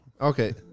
Okay